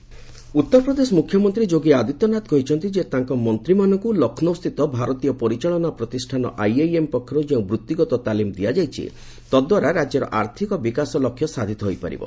Yogi IM class Uttar Pradesh ମୁଖ୍ୟମନ୍ତ୍ରୀ ଯୋଗୀ ଆଦିତ୍ୟନାଥ କହିଛନ୍ତି ଯେ ତାଙ୍କ ମନ୍ତ୍ରୀମାନଙ୍କୁ ଲକ୍ଷ୍ନୌସ୍ଥିତ ଭାରତୀୟ ପରିଚାଳନା ପ୍ରତିଷ୍ଠାନ ଆଇଆଇଏମ୍ ପକ୍ଷରୁ ଯେଉଁ ବୃଭିଗତ ତାଲିମ ଦିଆଯାଇଛି ତଦ୍ୱାରା ରାଜ୍ୟର ଆର୍ଥିକ ବିକାଶ ଲକ୍ଷ୍ୟ ସାଧିତ ହୋଇପାରିବ